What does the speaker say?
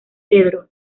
cedro